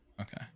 Okay